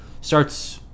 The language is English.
starts